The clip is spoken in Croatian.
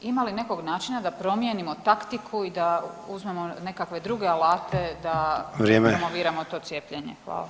Ima li nekog načina da promijenio taktiku i da uzmemo nekakve druge alate da [[Upadica: Vrijeme.]] promoviramo to cijepljenje?